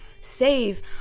save